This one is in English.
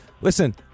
Listen